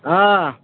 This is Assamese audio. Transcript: অঁ